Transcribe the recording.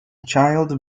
child